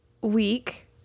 week